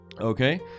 Okay